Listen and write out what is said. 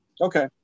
Okay